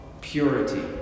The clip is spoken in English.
purity